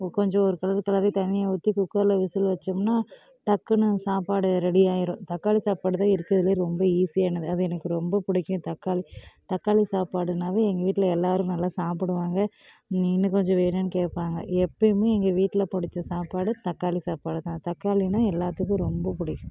கொஞ்சம் ஒரு கிளறு கிளறி தண்ணியை ஊற்றி குக்கரில் விசிலு வைச்சோம்னா டக்குனு சாப்பாடு ரெடி ஆகிரும் தக்காளி சாப்பாடு தான் இருக்கிறதுலே ரொம்ப ஈஸியானது அது எனக்கு ரொம்ப பிடிக்கும் தக்காளி தக்காளி சாப்பாடுனாலே எங்கள் வீட்டில் எல்லோரும் நல்லா சாப்பிடுவாங்க நீ இன்னும் கொஞ்சம் வேணும்னு கேட்பாங்க எப்பயுமே எங்கள் வீட்டில் பிடிச்ச சாப்பாடு தக்காளி சாப்பாடு தான் தக்காளின்னா எல்லோத்துக்கும் ரொம்ப பிடிக்கும்